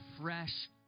fresh